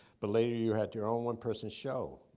but later, you had your own one-person show.